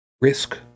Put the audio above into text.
risk